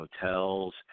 hotels